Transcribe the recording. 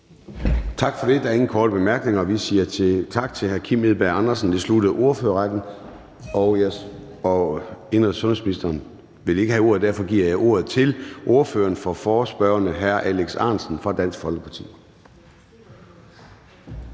Gade): Der er ingen korte bemærkninger, og vi siger tak til hr. Kim Edberg Andersen. Dermed er det slut på ordførerrækken. Indenrigs- og sundhedsministeren vil ikke have ordet, og derfor giver jeg ordet til ordføreren for forespørgerne, hr. Alex Ahrendtsen fra Dansk Folkeparti.